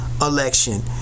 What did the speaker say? election